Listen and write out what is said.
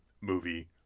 movie